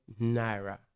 naira